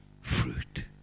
fruit